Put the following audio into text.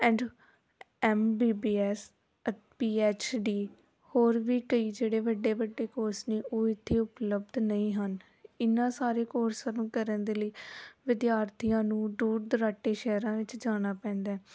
and M B B S P H D ਹੋਰ ਵੀ ਕਈ ਜਿਹੜੇ ਵੱਡੇ ਵੱਡੇ ਕੋਰਸ ਨੇ ਉਹ ਇੱਥੇ ਉਪਲਬਧ ਨਹੀਂ ਹਨ ਇਹਨਾਂ ਸਾਰੇ ਕੋਰਸਾਂ ਨੂੰ ਕਰਨ ਦੇ ਲਈ ਵਿਦਿਆਰਥੀਆਂ ਨੂੰ ਦੂਰ ਦੁਰਾਡੇ ਸ਼ਹਿਰਾਂ ਵਿੱਚ ਜਾਣਾ ਪੈਂਦਾ